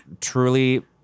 truly